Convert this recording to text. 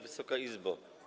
Wysoka Izbo!